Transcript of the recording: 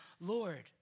Lord